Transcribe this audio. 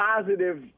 positive